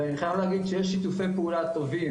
אני חייב להגיד שיש שיתופי פעולה טובים